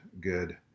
good